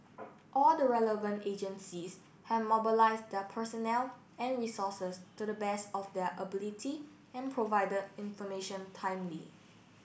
all the relevant agencies have mobilised their personnel and resources to the best of their ability and provided information timely